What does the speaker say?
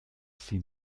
sie